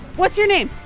what's your name?